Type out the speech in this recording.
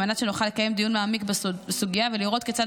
על מנת שנוכל לקיים דיון מעמיק בסוגיה ולראות כיצד